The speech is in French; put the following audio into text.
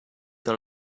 dans